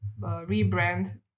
rebrand